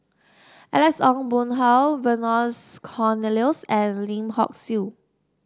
Alex Ong Boon Hau Cornelius and Lim Hock Siew